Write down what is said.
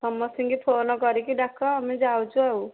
ସମସ୍ତେଙ୍କି phone କରିକି ଡାକ ଆମେ ଯାଉଛୁ ଆଉ